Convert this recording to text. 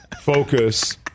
Focus